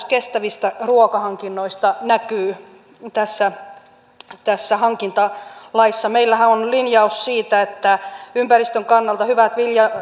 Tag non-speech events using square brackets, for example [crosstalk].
[unintelligible] kestävistä ruokahankinnoista näkyy tässä tässä hankintalaissa meillähän on linjaus siitä että ympäristön kannalta hyvien